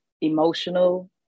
emotional